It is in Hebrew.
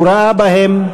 הוא ראה בהן,